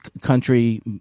country